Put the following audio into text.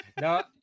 No